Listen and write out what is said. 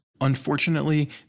Unfortunately